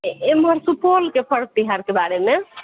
एमहर सुपौलके पर्व तिहारके बारेमे